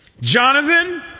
Jonathan